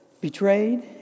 Betrayed